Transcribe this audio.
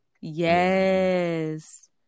Yes